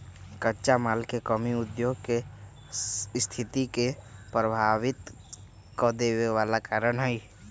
कच्चा माल के कमी उद्योग के सस्थिति के प्रभावित कदेवे बला कारण हई